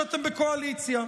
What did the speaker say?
כשאתם בקואליציה.